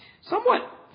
somewhat